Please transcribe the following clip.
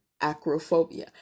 acrophobia